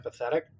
empathetic